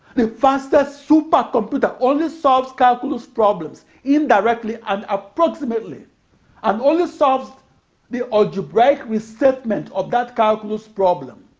the fastest supercomputer only solves calculus problems indirectly and approximately and only solves the algebraic restatement of that calculus problem.